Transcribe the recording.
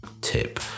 tip